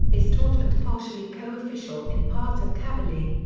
is taught and partially co-official in parts of kabylie.